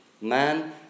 Man